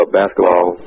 basketball